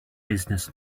business